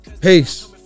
Peace